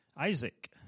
Isaac